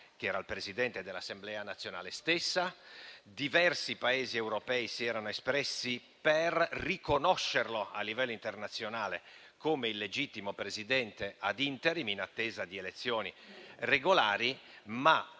che era presidente dell'Assemblea nazionale stessa. Diversi Paesi europei si erano espressi per riconoscerlo a livello internazionale come il legittimo Presidente *ad interim* in attesa di elezioni regolari, ma